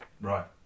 Right